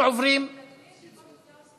אנחנו עוברים, אדוני היושב-ראש,